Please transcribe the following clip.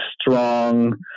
strong